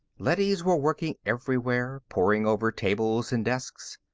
leadys were working everywhere, poring over tables and desks.